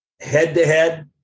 Head-to-head